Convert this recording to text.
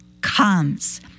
comes